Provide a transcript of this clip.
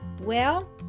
Well